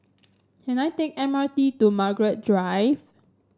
can I take M R T to Margaret Drive